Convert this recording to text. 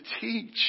teach